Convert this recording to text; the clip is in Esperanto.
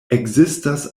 ekzistas